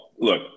look